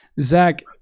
Zach